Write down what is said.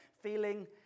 feeling